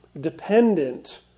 dependent